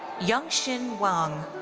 yongxin wang,